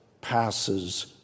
passes